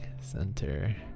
center